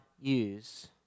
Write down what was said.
use